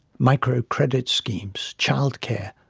micro-credit schemes, child care,